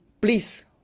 please